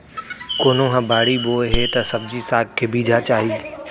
कोनो ह बाड़ी बोए हे त सब्जी साग के बीजा चाही